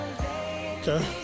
Okay